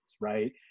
right